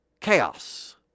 Chaos